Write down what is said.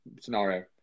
scenario